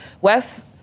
Wes